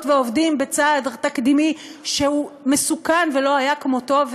ועובדים בצעד תקדימי שהוא מסוכן ולא היה כמותו,